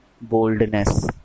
boldness